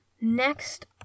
next